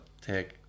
take